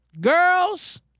girls